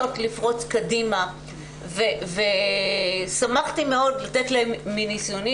רוצות לפרוץ קדימה ושמחתי מאוד לתת להם מניסיוני